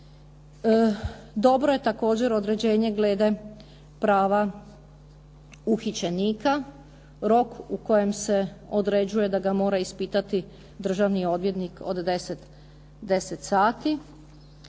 Dobro je također određenje glede prava uhićenika. Rok u kojem se određuje da ga mora ispitati državni odvjetnik od 10 sati.